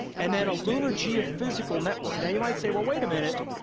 and then a lunar geophysical network. now you might say, well wait a minute,